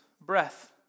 Breath